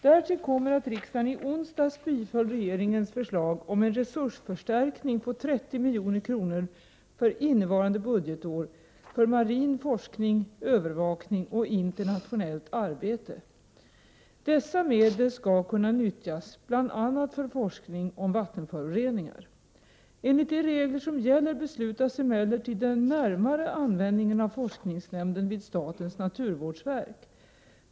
Därtill kommer att riksdagen i onsdags biföll regeringens förslag om en resursförstärkning på 30 milj.kr. för innevarande budgetår för marin forskning, övervakning och internationellt arbete. Dessa medel skall kunna utnyttjas bl.a. för forskning om vattenföroreningar. Enligt de regler som gäller beslutas emellertid den närmare användningen av forskningsnämnden vid statens naturvårdsverk.